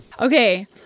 okay